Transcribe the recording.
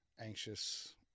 Anxious